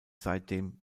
seitdem